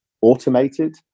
automated